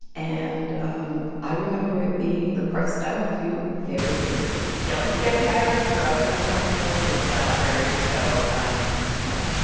and um i remember it being the parts that i went through very beautiful yeah see, i already grew up in the cornfields and the flat prairies, so um no